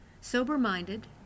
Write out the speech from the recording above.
sober-minded